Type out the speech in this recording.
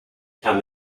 kan